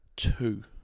Two